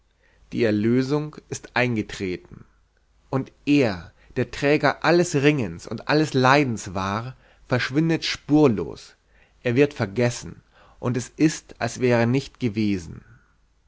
die erlösung ist eingetreten und er der der träger alles ringens und alles leidens war verschwindet spurlos er wird vergessen und es ist als wäre er nicht gewesen